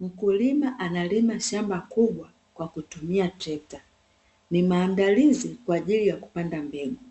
Mkulima analima shamba kubwa kwa kutumia trekta. Ni maandalizi kwa ajili ya kupanda mbegu.